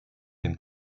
dem